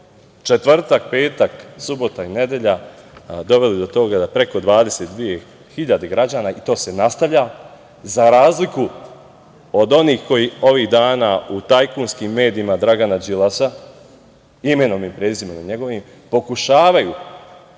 četvrtak, petak, subota i nedelja doveli do toga da preko 22.000 građana, i to se nastavlja, za razliku od onih koji ovih dana u tajkunskim medijima Dragana Đilasa, imenom i prezimenom njegovim pokušavaju